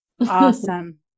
Awesome